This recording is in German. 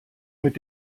mit